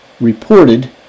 reported